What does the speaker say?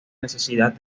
necesidad